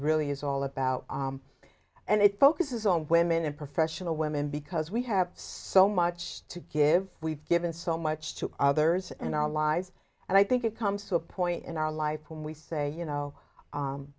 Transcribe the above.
really is all about and it focuses on women and professional women because we have so much to give we've given so much to others and our lives and i think it comes to a point in our life when we say you know